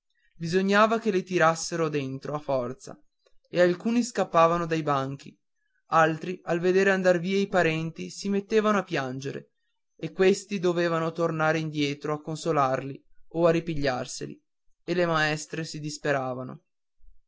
bisognava che li tirassero dentro a forza e alcuni scappavano dai banchi altri al veder andar via i parenti si mettevano a piangere e questi dovevan tornare indietro a consolarli o a ripigliarseli e le maestre si